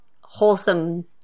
wholesome